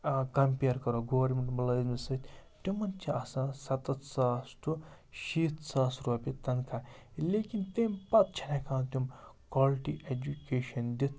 compare کَرو government مُلٲزِم سۭتۍ تِمَن چھِ آسان سَتَتھ ساس ٹُو شیٖتھ ساس رۄپیہِ تَنخواہ لیکِن تیٚمہِ پَتہٕ چھِنہٕ ہٮ۪کان تِم کالٹی اٮ۪جُکیشَن دِتھ